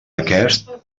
aquest